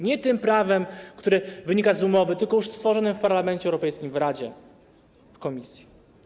Nie tym prawem, które wynika z umowy, tylko już stworzonym w Parlamencie Europejskim, w Radzie, w Komisji.